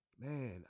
man